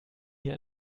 hier